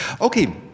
Okay